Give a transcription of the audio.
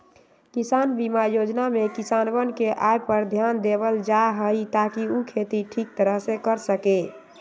बीमा योजना में किसनवन के आय पर ध्यान देवल जाहई ताकि ऊ खेती ठीक तरह से कर सके